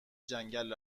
جنگلی